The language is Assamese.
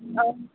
অঁ